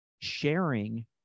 sharing